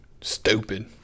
stupid